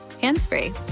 hands-free